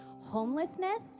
homelessness